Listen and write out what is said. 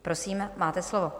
Prosím, máte slovo.